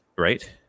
right